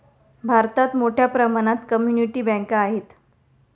भारतात मोठ्या प्रमाणात कम्युनिटी बँका आहेत